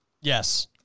Yes